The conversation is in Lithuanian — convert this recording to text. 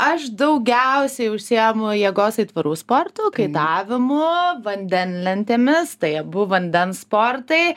aš daugiausiai užsiemu jėgos aitvarų sportu kaitavimu vandenlentėmis tai abu vandens sportai